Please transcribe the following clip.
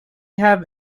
have